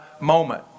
moment